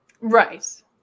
right